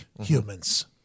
humans